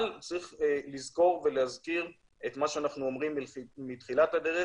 אבל צריך לזכור ולהזכיר את מה שאנחנו אומרים מתחילת הדרך,